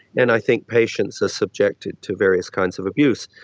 and i think patients are subjected to various kinds of abuse.